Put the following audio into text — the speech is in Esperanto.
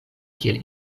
kiel